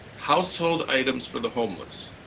household items for the homeless.